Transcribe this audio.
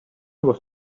was